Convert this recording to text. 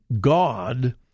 God